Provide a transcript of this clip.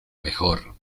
mejor